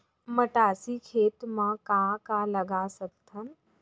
मटासी खेत म का का लगा सकथन?